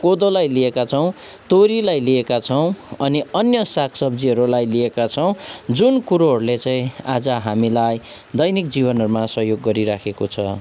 कोदोलाई लिएका छौँ तोरीलाई लिएका छौँ अनि अन्य सागसब्जीहरूलाई लिएका छौँ जुन कुरोहरूले चाहिँ आज हामीलाई दैनिक जीवनहरूमा सहयोग गरिरहेको छ